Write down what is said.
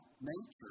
nature